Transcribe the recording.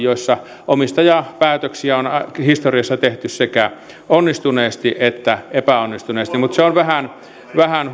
tilanteita joissa omistajapäätöksiä on historiassa tehty sekä onnistuneesti että epäonnistuneesti mutta on vähän vähän